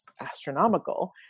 astronomical